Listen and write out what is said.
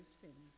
sin